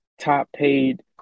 top-paid